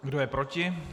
Kdo je proti?